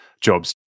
jobs